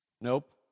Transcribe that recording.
Nope